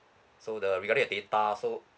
so the regarding the data so